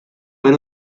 per